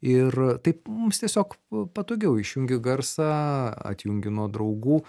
ir taip mums tiesiog patogiau išjungi garsą atjungi nuo draugų